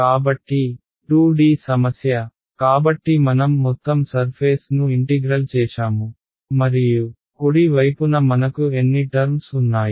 కాబట్టి 2D సమస్య కాబట్టి మనం మొత్తం సర్ఫేస్ ను ఇంటిగ్రల్ చేశాము మరియు కుడి వైపున మనకు ఎన్ని టర్మ్స్ ఉన్నాయి